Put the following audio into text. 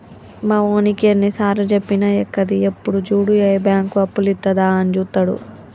మావోనికి ఎన్నిసార్లుజెప్పినా ఎక్కది, ఎప్పుడు జూడు ఏ బాంకు అప్పులిత్తదా అని జూత్తడు